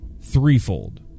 threefold